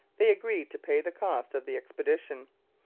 they agreed to pay the cost of the expedition.